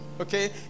Okay